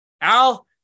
Al